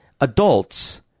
adults